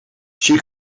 she